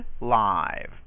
live